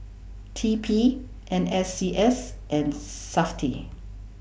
T P N S C S and Safti